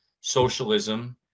socialism